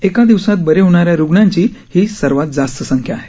एका दिवसात बरे होणाऱ्या रूग्णांची ही सर्वात जास्त संख्या आहे